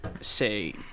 say